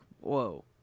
whoa